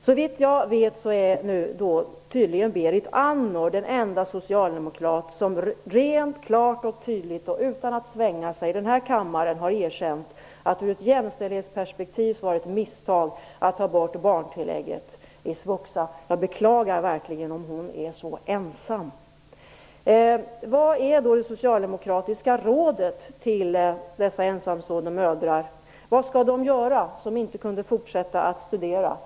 Såvitt jag vet är Berit Andnor den enda socialdemokrat som rent, klart och tydligt och utan att svänga sig i den här kammaren har erkänt att ur ett jämställdhetsperspektiv var det ett misstag att ta bort barntillägget i svuxa. Jag beklagar verkligen om hon är så ensam. Vad är då det socialdemokratiska rådet till dessa ensamstående mödrar? Vad skall de göra som inte kunde fortsätta att studera?